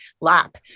lap